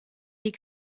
die